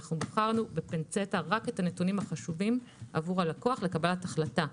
בחרנו בפינצטה רק את הנתונים החשובים עבור הלקוח לקבלת החלטה.